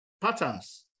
patterns